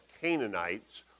Canaanites